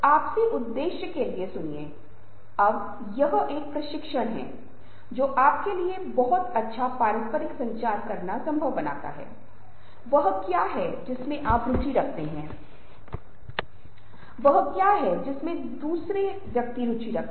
इसलिए उनके पास बहुत से अच्छे विचार हैं जो कि चीजों को विस्तृत व्याख्यायित करते हैं